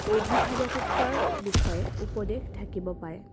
অভিভাৱকত্তৰ বিষয়ে উপদেশ থাকিব পাৰে